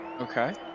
Okay